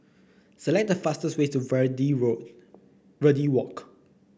select the fastest way to Verde Walk